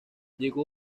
llegó